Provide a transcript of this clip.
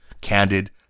candid